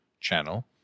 channel